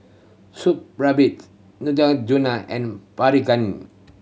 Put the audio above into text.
Supravit Neutrogena and Pregain